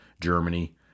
Germany